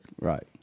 Right